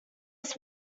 its